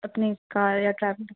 अपने का या ट्रैवलिंग